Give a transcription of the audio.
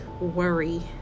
worry